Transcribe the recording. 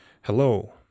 Hello